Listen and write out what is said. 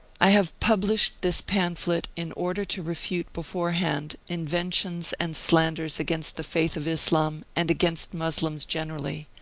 i have published this pamphlet in order to refute beforehand inventions and slanders against the faith of islam and against moslems generally,